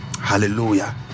hallelujah